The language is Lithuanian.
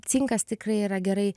cinkas tikrai yra gerai